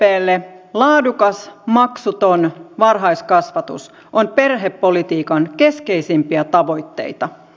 sdplle laadukas maksuton varhaiskasvatus on perhepolitiikan keskeisimpiä tavoitteita